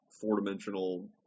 four-dimensional